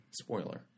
spoiler